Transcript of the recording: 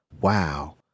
wow